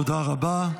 תודה רבה.